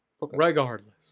regardless